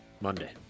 Monday